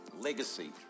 Legacy